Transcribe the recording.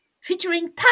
featuring